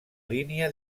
línia